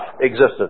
existence